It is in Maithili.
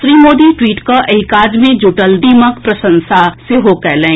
श्री मोदी ट्वीट कऽ एहि काज मे जुटल टीमक प्रशंसा कएलनि